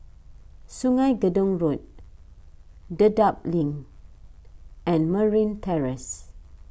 Sungei Gedong Road Dedap Link and Merryn Terrace